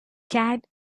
cade